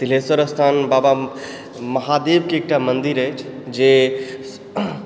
तिल्हेश्वर स्थान बाबा महादेवके एकटा मन्दिर अछि जे